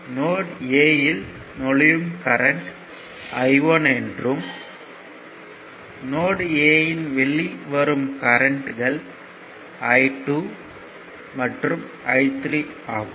note A இல் நுழையும் current I1 என்றும் நோட் A இன் வெளிவரும் கரண்ட்கள் I2 மற்றும் I3 ஆகும்